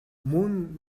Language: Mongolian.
мөн